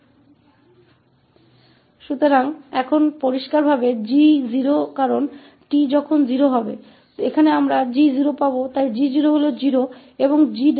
तो स्पष्ट रूप से यहाँ 𝑔 क्योंकि जब 𝑡 0 है यहाँ हमें यह 𝑔 मिलेगा इसलिए g 0 है और 𝑔′ फिर से वहाँ से बस f𝑡 है